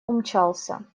умчался